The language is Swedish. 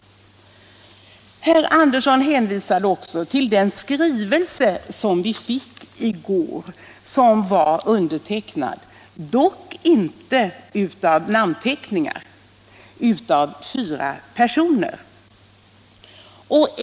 Herr Andersson hänvisade också till den skrivelse som vi fick i går, som var undertecknad — dock inte med namnteckningar — av fyra personer.